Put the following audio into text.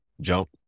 jump